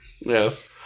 Yes